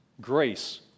grace